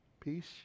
Peace